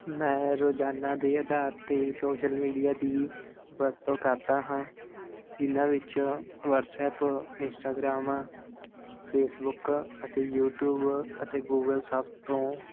ਮੈਂ ਰੋਜ਼ਾਨਾ ਦੇ ਆਧਾਰ 'ਤੇ ਸੋਸ਼ਲ ਮੀਡੀਆ ਦੀ ਵਰਤੋਂ ਕਰਦਾ ਹਾਂ ਜਿਨ੍ਹਾਂ ਵਿੱਚੋਂ ਵਟਸਐਪ ਇੰਸਟਾਗ੍ਰਾਮ ਫੇਸਬੁੱਕ ਅਤੇ ਯੂਟਿਊਬ ਅਤੇ ਗੂਗਲ ਸਭ ਤੋਂ